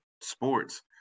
sports